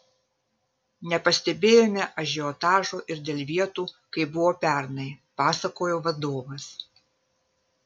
nepastebėjome ažiotažo ir dėl vietų kaip buvo pernai pasakojo vadovas